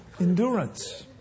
Endurance